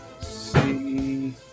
see